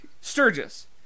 Sturgis